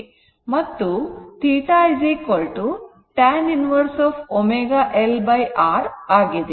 ಮತ್ತು θ tan inverse ω L R ಆಗಿದೆ